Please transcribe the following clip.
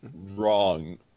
Wrong